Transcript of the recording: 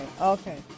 okay